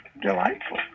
delightful